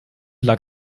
lag